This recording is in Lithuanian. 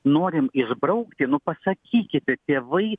norim išbraukti nu pasakykite tėvai